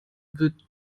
wird